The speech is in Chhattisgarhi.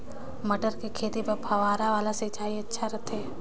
मटर के खेती बर फव्वारा वाला सिंचाई अच्छा रथे?